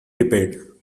repaired